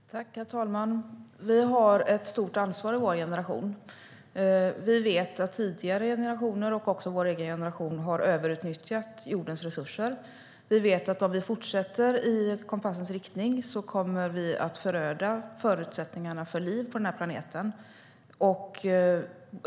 Herr talman! Vi har ett stort ansvar i vår generation. Vi vet att tidigare generationer och också vår egen generation har överutnyttjat jordens resurser. Vi vet att vi, om vi fortsätter i kompassens riktning, kommer att föröda förutsättningarna för liv på den här planeten.